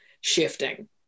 shifting